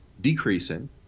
decreasing